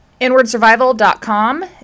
InwardSurvival.com